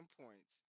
points